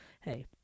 hey